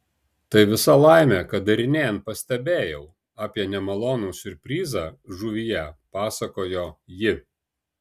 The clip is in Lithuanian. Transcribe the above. tai visa laimė kad darinėjant pastebėjau apie nemalonų siurprizą žuvyje pasakojo ji